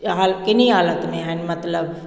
हाल किनी हालति में आहिनि मतिलबु